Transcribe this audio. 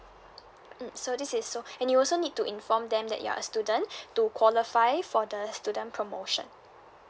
mm so this is so and you also need to inform them that you're a student to qualify for the student promotion